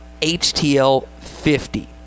HTL50